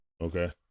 Okay